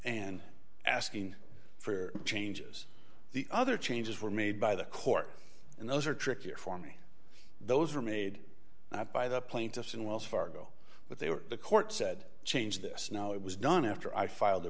and asking for changes the other changes were made by the court and those are trickier for me those were made not by the plaintiffs and wells fargo but they were the court said change this now it was done after i filed a